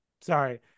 Sorry